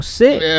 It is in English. sick